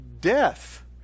death